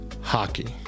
Hockey